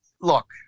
look